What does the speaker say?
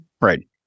right